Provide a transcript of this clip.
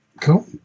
Cool